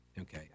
Okay